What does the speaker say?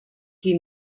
qui